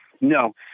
No